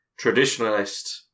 traditionalist